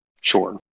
Sure